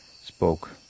spoke